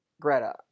Greta